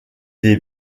des